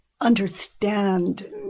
understand